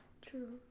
True